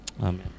Amen